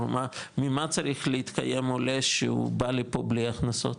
ממה צריך להתקיים עולה שהוא בא לפה בלי הכנסות?